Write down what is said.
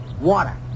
water